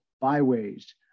byways